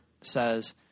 says